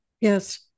Yes